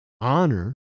honor